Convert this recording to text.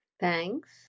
Thanks